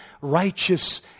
righteous